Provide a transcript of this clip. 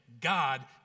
God